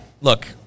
look